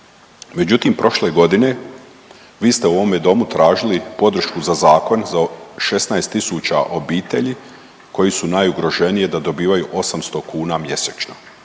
međutim prošle godine vi ste u ovome domu tražili podršku za zakon za 16 tisuća obitelji koji su najugroženije da dobivaju 800 kuna mjesečno.